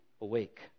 awake